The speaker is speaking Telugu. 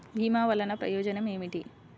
భీమ వల్లన ప్రయోజనం ఏమిటి?